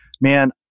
man